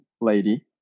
lady